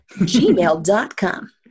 gmail.com